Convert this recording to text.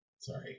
Sorry